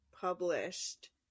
Published